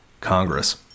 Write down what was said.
Congress